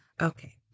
Okay